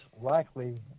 likely